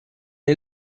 est